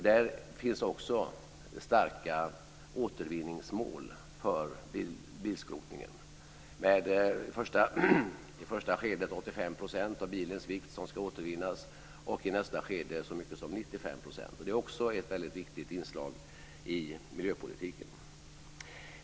Där finns också starka återvinningsmål för bilskrotningen. I första skedet ska 85 % av bilens vikt återvinnas, och i nästa skede så mycket som 95 %. Det är också ett väldigt viktigt inslag i miljöpolitiken.